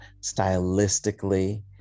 Stylistically